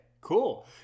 Cool